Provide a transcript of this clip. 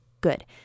good